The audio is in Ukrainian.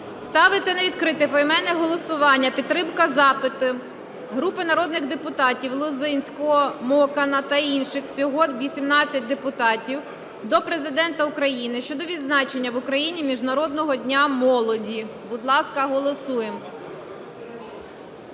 Ставиться на відкрите поіменне голосування підтримка запиту групи народних депутатів (Лозинського, Мокана та інших. Всього 18 депутатів) до Президента України щодо відзначення в Україні Міжнародного дня молоді. Будь ласка, голосуємо.